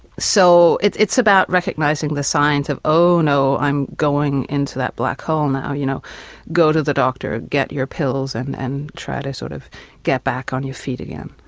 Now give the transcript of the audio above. so it's it's about recognising the signs of oh no, i'm going into that black hole now, you know go to the doctor, get your pills and and try to sort of get back on your feet again.